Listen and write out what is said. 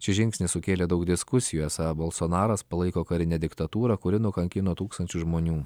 šis žingsnis sukėlė daug diskusijų esą bolsonaras palaiko karinę diktatūrą kuri nukankino tūkstančius žmonių